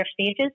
stages